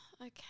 Okay